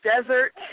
desert